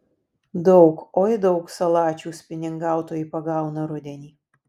daug oi daug salačių spiningautojai pagauna rudenį